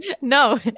no